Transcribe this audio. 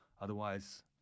Otherwise